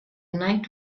night